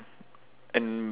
and